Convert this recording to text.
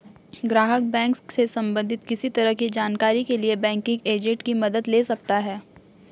ग्राहक बैंक से सबंधित किसी तरह की जानकारी के लिए बैंकिंग एजेंट की मदद ले सकता है